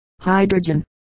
hydrogen